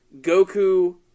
Goku